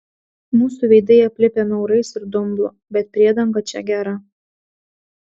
mūsų veidai aplipę maurais ir dumblu bet priedanga čia gera